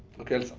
okay.